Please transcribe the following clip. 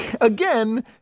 again